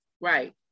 Right